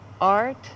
art